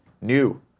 New